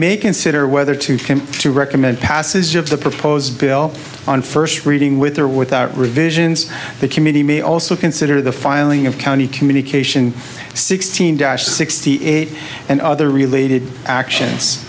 may consider whether to recommend passage of the proposed bill on first reading with or without revisions the committee may also consider the filing of county communication sixteen dash sixty eight and other related